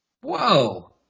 Whoa